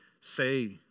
say